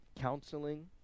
counseling